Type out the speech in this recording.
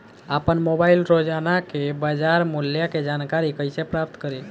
आपन मोबाइल रोजना के बाजार मुल्य के जानकारी कइसे प्राप्त करी?